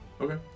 Okay